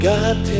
God